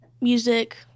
music